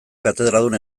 katedradun